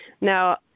Now